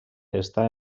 està